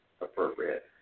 appropriate